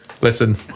Listen